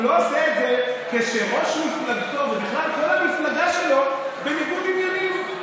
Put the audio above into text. הוא לא עושה את זה כשראש מפלגתו ובכלל כל המפלגה שלו בניגוד עניינים.